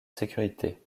sécurité